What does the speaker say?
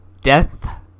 Death